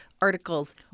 articles